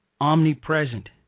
omnipresent